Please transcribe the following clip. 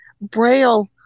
Braille